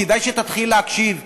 כדאי שתתחיל להקשיב.